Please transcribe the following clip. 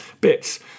bits